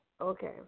Okay